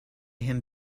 him